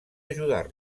ajudar